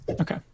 Okay